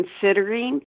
considering